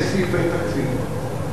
יש סעיפי תקציב.